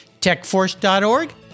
techforce.org